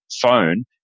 phone